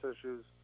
issues